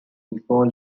before